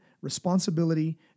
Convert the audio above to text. responsibility